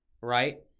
right